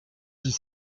dit